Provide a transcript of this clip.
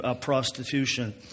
prostitution